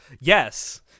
Yes